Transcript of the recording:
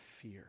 fear